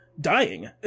dying